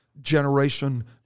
generation